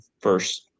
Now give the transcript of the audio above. first